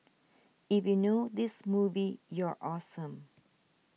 if you know this movie you're awesome